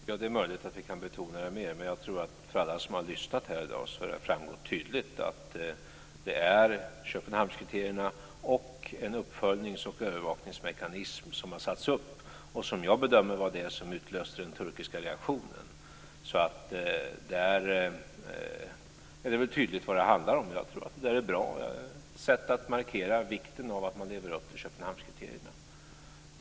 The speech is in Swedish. Fru talman! Ja, det är möjligt att vi kan betona det mer, men jag tror att det för alla som har lyssnat här i dag tydligt har framgått att det är Köpenhamnskriterierna och den uppföljnings och övervakningsmekanism som har satts upp som det gäller. Jag bedömer att det var den som utlöste den turkiska reaktionen. Det är tydligt vad det där handlar om. Jag tror att detta är ett bra sätt att markera vikten av att man lever upp till Köpenhamnskriterierna.